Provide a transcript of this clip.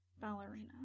ballerina